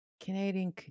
Canadian